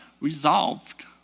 Resolved